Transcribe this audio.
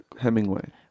Hemingway